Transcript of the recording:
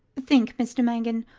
think, mr. mangan,